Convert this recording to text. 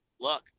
look